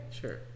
Sure